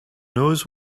knows